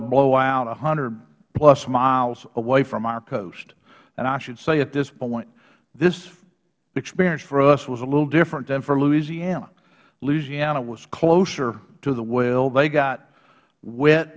to blow out a hundredplus miles away from our coast and i should say at this point this experience for us was a little different than for louisiana louisiana was closer to the well they